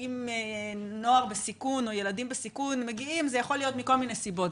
שאם נוער בסיכון או ילדים בסיכון מגיעים זה יכול להיות מכל מיני סיבות.